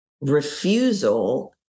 refusal